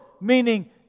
meaning